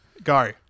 Go